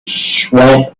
swamp